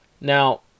Now